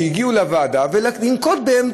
או מכל מכלול הדעות,